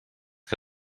que